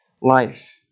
life